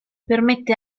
permette